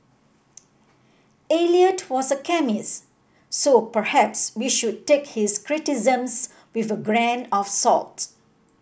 Eliot was a chemist so perhaps we should take his criticisms with a grain of salt